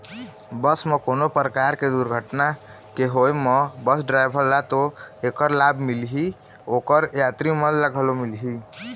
बस म कोनो परकार के दुरघटना के होय म बस डराइवर ल तो ऐखर लाभ मिलही, ओखर यातरी मन ल घलो मिलही